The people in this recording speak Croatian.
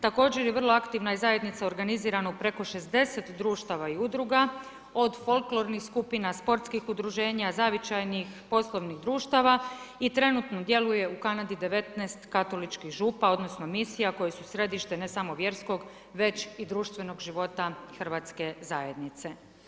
Također je vrlo aktivna i zajednica organizirano preko 60 društava i udruga od folklornih skupina, sportskih udruženja, zavičajnih poslovnih društava i trenutno djeluje u Kanadi 19 katoličkih župa odnosno misija koje su središte ne samo vjerskog već i društvenog života Hrvatske zajednice.